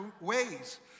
ways